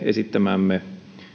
esittämämme